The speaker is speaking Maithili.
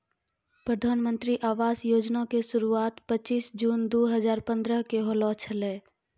प्रधानमन्त्री आवास योजना के शुरुआत पचीश जून दु हजार पंद्रह के होलो छलै